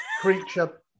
Creature